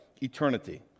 Eternity